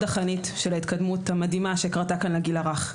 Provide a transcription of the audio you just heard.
החנית של ההתקדמות המדהימה שקרתה כאן לגיל הרך.